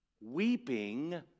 Weeping